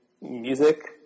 music